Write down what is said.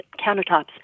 countertops